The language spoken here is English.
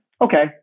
okay